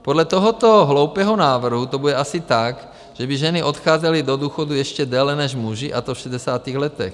Podle tohoto hloupého návrhu to bude asi tak, že by ženy odcházely do důchodu ještě déle než muži, a to v 60 letech.